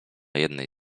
jednej